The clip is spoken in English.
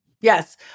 yes